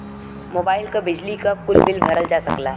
mobile क, बिजली क, कुल बिल भरल जा सकला